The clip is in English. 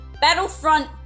Battlefront